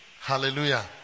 Hallelujah